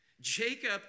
Jacob